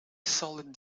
solid